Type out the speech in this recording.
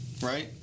right